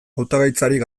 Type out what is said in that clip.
hautagaitzarik